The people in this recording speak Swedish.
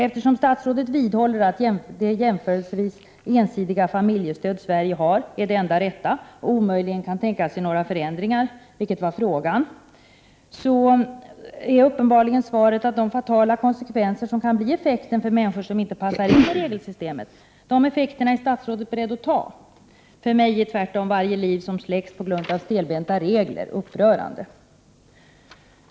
Eftersom statsrådet vidhåller att det jämförelsevis ensidiga familjestöd som Sverige har är det enda rätta och omöjligen kan tänka sig några förändringar — vilket var frågan — är uppenbarligen svaret att statsrådet är beredd att ta de fatala konsekvenser som kan bli effekten för människor som inte passar in i regelsystemet. För mig är tvärtom varje liv som släcks på grund av stelbenta regler upprörande.